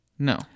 no